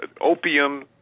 opium